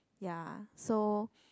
ya so